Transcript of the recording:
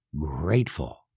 grateful